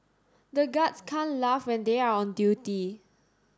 the guards can't laugh when they are on duty